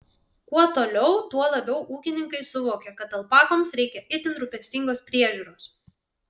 kuo toliau tuo labiau ūkininkai suvokia kad alpakoms reikia itin rūpestingos priežiūros